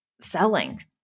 selling